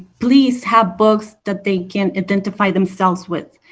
please have books that they can identify themselves with.